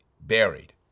buried